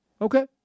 okay